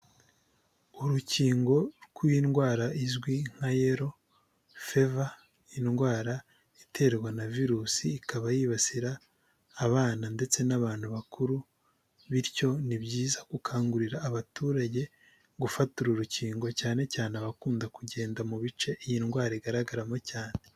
Urukingo rw'indwara izwi nka yero feva, indwara iterwa na virusi ikaba yibasira abana ndetse n'abantu bakuru bityo ni byiza gukangurira abaturage gufata uru rukingo cyane cyane abakunda kugenda mu bice iyi ndwara igaragaramo cyane.